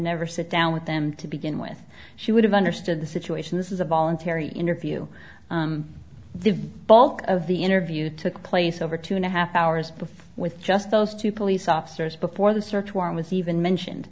never sit down with them to begin with she would have understood the situation this is a voluntary interview the bulk of the interview took place over two and a half hours before with just those two police officers before the search warrant with even mentioned